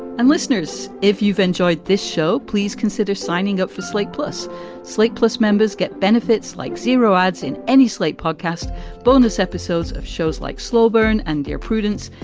and listeners if you've enjoyed this show, please consider signing up for slate. plus slate. plus members get benefits like zero odds in any slate podcast bonus episodes of shows like slow burn and dear prudence.